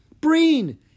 Breen